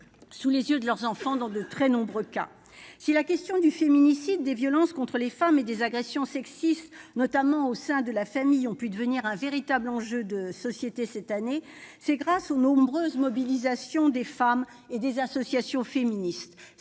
sous les yeux de leurs enfants. Si la question du féminicide, des violences contre les femmes et des agressions sexistes, notamment au sein de la famille, a pu devenir un véritable enjeu de société cette année, c'est grâce aux nombreuses mobilisations des femmes et des associations féministes.